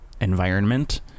environment